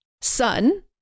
son